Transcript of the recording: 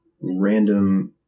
random